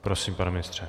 Prosím, pane ministře.